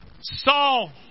Saul